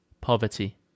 poverty